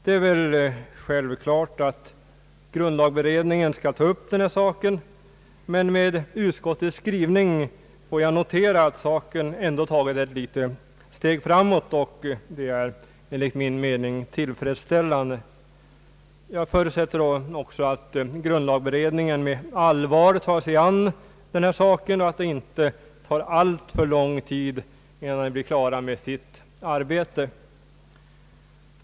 Det är väl självklart att grundlagberedningen skall ta upp denna sak, men med utskottets skrivning får jag notera att saken ändå tagit ett litet steg framåt, och det är enligt min mening tillfredsställafide. Jag förutsätter också att grundlagberedningen med allvar tar sig an denna fråga och att det inte tar alltför lång tid innan den blir klar med sitt arbete.